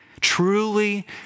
Truly